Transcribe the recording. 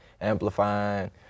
Amplifying